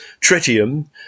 tritium